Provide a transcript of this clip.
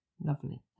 Lovely